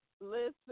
Listen